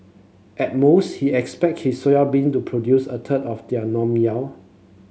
at most he expect his soybean to produce a third of their normal yield